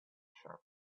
sharp